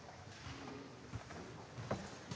Tak.